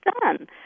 done